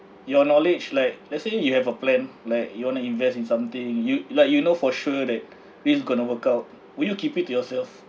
your knowledge like let's say you have a plan like you want to invest in something you like you know for sure that this is going to work out will you keep it to yourself